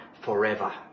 forever